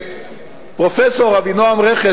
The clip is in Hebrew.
ופרופסור אבינועם רכס,